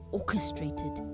orchestrated